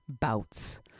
bouts